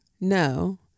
No